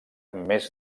més